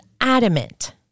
adamant